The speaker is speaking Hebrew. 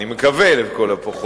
אני מקווה, לכל הפחות.